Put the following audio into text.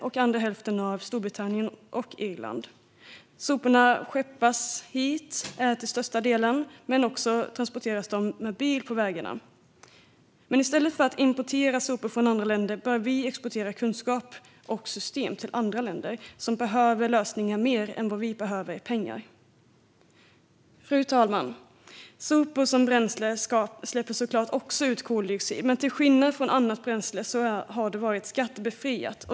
Den andra hälften kommer från Storbritannien och Irland. Soporna skeppas till största delen hit. Men de transporteras också med bil på vägarna. I stället för att importera sopor från andra länder bör vi exportera kunskap och system till andra länder som behöver lösningar mer än vad vi behöver pengar. Fru talman! Sopor som bränsle släpper såklart också ut koldioxid, men till skillnad från annat bränsle har det varit skattebefriat.